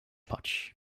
potch